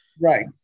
Right